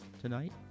tonight